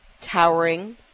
towering